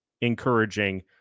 encouraging